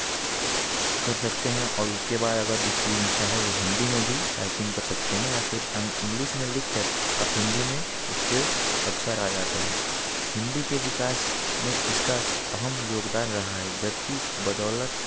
कर सकते हैं और उसके बाद अगर जिसकी इच्छा है वो हिंदी में भी टाइपिंग कर सकते हैं या फिर इंग्लिश में लिख कर आप हिंदी में उसके अक्षर आ जाते हैं हिंदी के विकास में इसका स हम योगदान रहा है जबकि बदौलत